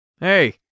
Hey